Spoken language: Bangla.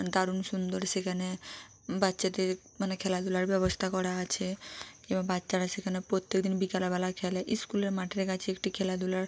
দারুণ সুন্দর সেখানে বাচ্চাদের মানে খেলাধুলার ব্যবস্থা করা আছে এবং বাচ্চারা সেখানে প্রত্যেক দিন বিকেলবেলায় খেলে স্কুলের মাঠের কাছে একটি খেলাধুলার